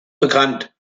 bekannt